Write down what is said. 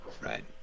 Right